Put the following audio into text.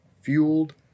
fueled